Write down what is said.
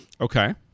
okay